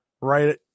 right